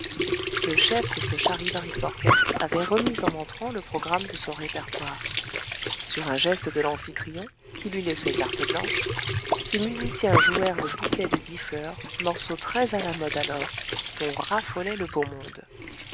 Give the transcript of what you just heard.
le chef de ce charivarique orchestre avait remis en entrant le programme de son répertoire sur un geste de l'amphitryon qui lui laissait carte blanche ses musiciens jouèrent le bouquet des dix fleurs morceau très à la mode alors dont raffolait le beau monde